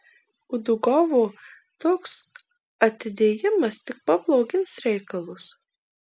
udugovo toks atidėjimas tik pablogins reikalus